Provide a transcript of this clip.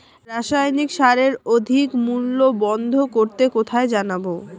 রাসায়নিক সারের অধিক মূল্য বন্ধ করতে কোথায় জানাবো?